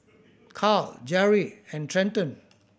Karl Jeri and Trenton